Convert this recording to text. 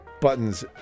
buttons